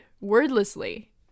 wordlessly